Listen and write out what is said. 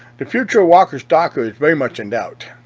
the future of walker stalker is very much in doubt.